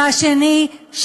והשני,